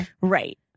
Right